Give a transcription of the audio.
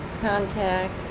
contact